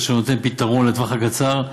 אשר נותנת פתרון לטווח הקצר,